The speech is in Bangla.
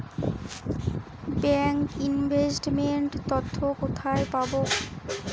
ব্যাংক ইনভেস্ট মেন্ট তথ্য কোথায় পাব?